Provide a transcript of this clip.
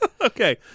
Okay